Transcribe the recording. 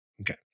okay